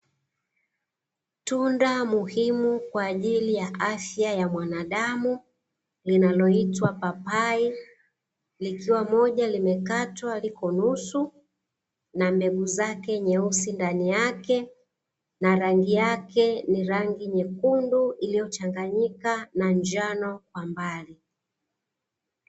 Tunda muhimu kwa ajili ya afya ya mwanadamu linaloitwa papai, likiwa moja limekatwa liko nusu na mbegu zake nyeusi ndani yake na rangi yake ni rangi nyekundu iliyochanganyika na njano kwa mbali.